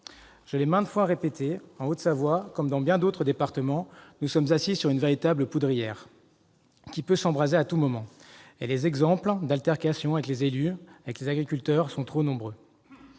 Je l'ai maintes fois répété : en Haute-Savoie, comme dans bien d'autres départements, nous sommes assis sur une véritable poudrière, qui peut s'embraser à tout moment. Les exemples d'altercation avec les élus et les agriculteurs sont trop nombreux.